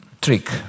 trick